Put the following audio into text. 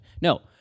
No